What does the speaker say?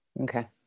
Okay